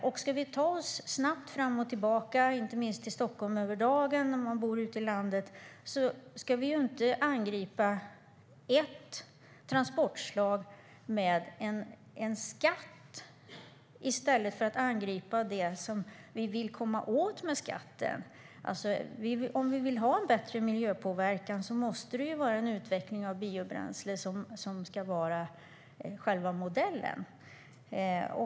Om vi ska ta oss snabbt fram och tillbaka, inte minst till Stockholm över dagen, och vi bor ute på landet, ska vi inte angripa ett transportslag med en skatt i stället för att angripa det som vi vill komma åt med skatten. Om vi vill att det ska bli en bättre miljöpåverkan måste en utveckling av biobränsle vara modellen.